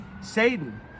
Satan